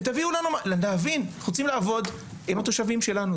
אנחנו רוצים לעבוד עם התושבים שלנו.